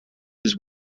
his